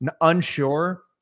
unsure